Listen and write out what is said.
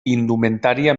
indumentària